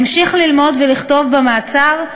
המשיך ללמוד ולכתוב במעצר,